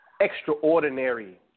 extraordinary